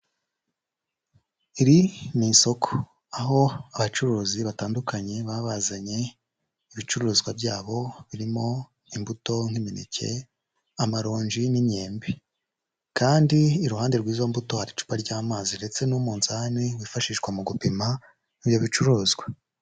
Iri ni isoko, aho abacuruzi batandukanye baba bazanye ibicuruzwa byabo birimo imbuto nk'imineke, amaronji n'imyembe, kandi iruhande rw'izo mbuto hari icupa ry'amazi ndetse n'umunzani wifashishwa mu gupima ibyo bicuruzwa.